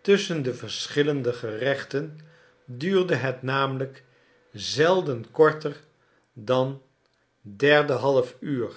tusschen de verschillende gerechten duurde het namelijk zelden korter dan derde half uur